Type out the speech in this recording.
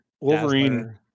Wolverine